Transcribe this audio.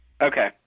Okay